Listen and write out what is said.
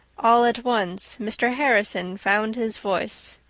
all at once mr. harrison found his voice.